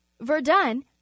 Verdun